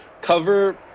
cover